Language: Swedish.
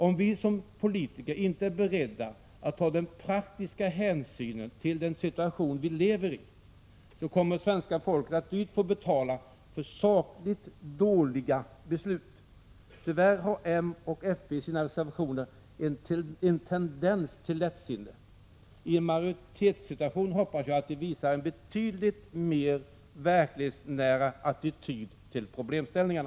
Om vi som politiker inte är beredda att ta denna praktiska hänsyn till den situation vi lever i, kommer svenska folket att dyrt få betala för sakligt dåliga beslut. Tyvärr har m och fp i sina reservationer en tendens till lättsinne. I en majoritetssituation hoppas jag att de visar en betydligt mer verklighetsnära attityd till problemen.